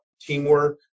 teamwork